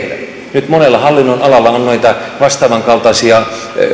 nyt monella hallinnonalalla on tapahtunut noita vastaavankaltaisia